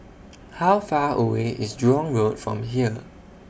How Far away IS Jurong Road from here